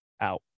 out